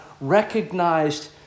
recognized